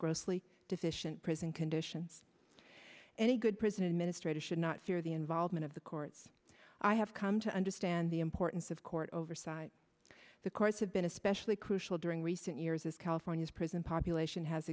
grossly deficient prison conditions and a good prison administrator should not fear the involvement of the courts i have come to understand the importance of court oversight the courts have been especially crucial during recent years as california's prison population has